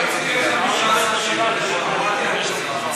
לאה, תוציאי 15 שקלים לשעה, מה תהיה התוצאה?